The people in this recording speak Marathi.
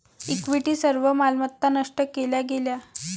इक्विटी सर्व मालमत्ता नष्ट केल्या गेल्या